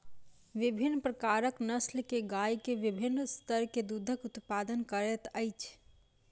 विभिन्न प्रकारक नस्ल के गाय के विभिन्न स्तर के दूधक उत्पादन करैत अछि